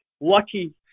lucky